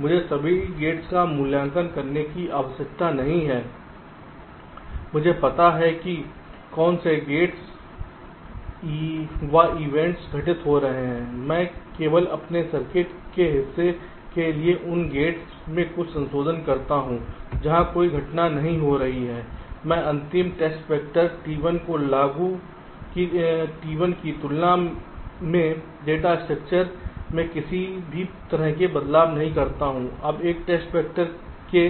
मुझे सभी गेट्स का वैल्यूांकन करने की आवश्यकता नहीं है मुझे पता है कि कौन से गेट्स म इवेंट्स घटित हो रहे हैं मैं केवल अपने सर्किट के हिस्से के लिए उन गेट्स में कुछ संशोधन करता हूं जहां कोई घटना नहीं हो रही है मैं अंतिम टेस्ट वेक्टर T1 की तुलना में डेटा स्ट्रक्चर में किसी भी तरह के बदलाव नहीं करता हूं यह एक टेस्ट वेक्टर के